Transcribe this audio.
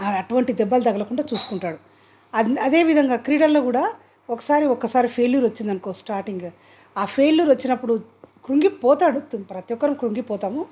అటువంటి దెబ్బలు తగలకుండా చూసుకుంటాడు అదే విధంగా క్రీడల్లో కూడా ఒకసారి ఒకసారి ఫెయిల్యూర్ వచ్చిందనుకో స్టార్టింగ్ ఆ ఫెయిల్యూర్ వచ్చినపుడు కృంగిపోతాడు ప్రతీ ఒక్కరూ కృంగిపోతాము